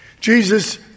Jesus